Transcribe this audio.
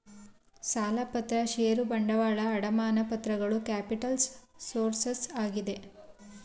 ಸಾಲಪತ್ರ ಷೇರು ಬಂಡವಾಳ, ಅಡಮಾನ ಪತ್ರಗಳು ಕ್ಯಾಪಿಟಲ್ಸ್ ಸೋರ್ಸಸ್ ಆಗಿದೆ